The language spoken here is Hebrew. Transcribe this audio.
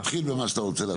תתחיל במה שאתה רוצה להתחיל.